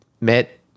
met